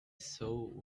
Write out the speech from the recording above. saw